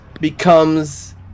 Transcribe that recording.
becomes